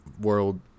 World